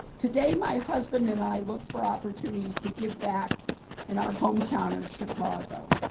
today my husband and i look for opportunities to give back in our hometown of chicago,